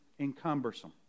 encumbersome